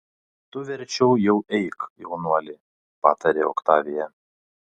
tu verčiau jau eik jaunuoli patarė oktavija